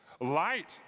Light